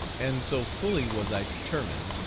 and so fully was i determined,